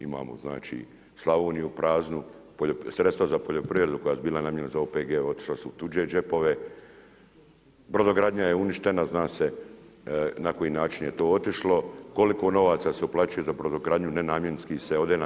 Imamo znači Slavoniju praznu, sredstva za poljoprivredu koja su bila namijenjena za OPG-ove otišla su u tuđe džepove, brodogradnja je uništena, zna se na koji način je to otišlo, koliko se novaca se uplaćuje za brodogradnju, nenamjenski.